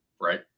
right